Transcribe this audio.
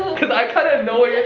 cause i kind of know what